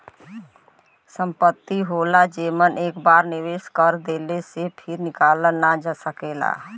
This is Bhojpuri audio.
संपत्ति होला जेमन एक बार निवेस कर देले से फिर निकालल ना जा सकेला